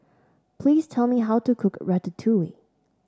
please tell me how to cook Ratatouille